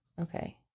Okay